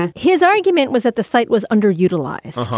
and his argument was that the site was underutilized.